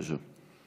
בבקשה.